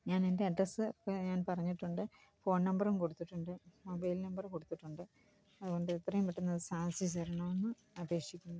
ഞാനെൻ്റെ അഡ്രസ്സൊക്കെ ഞാൻ പറഞ്ഞിട്ടുണ്ട് ഫോൺ നമ്പറും കൊടുത്തിട്ടുണ്ട് മൊബൈൽ നമ്പറും കൊടുത്തിട്ടുണ്ട് അതുകൊണ്ട് എത്രയും പെട്ടന്നു അത് സാധിച്ചു തരണമെന്ന് അപേക്ഷിക്കുന്നു